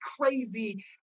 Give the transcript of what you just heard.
crazy